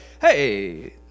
hey